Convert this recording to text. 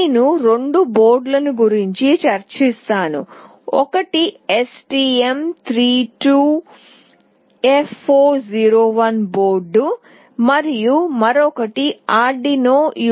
నేను రెండు బోర్డుల గురించి చర్చిస్తాను ఒకటి STM32F401 బోర్డు మరియు మరొకటి Arduino UNO